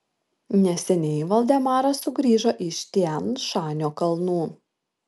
neseniai valdemaras sugrįžo iš tian šanio kalnų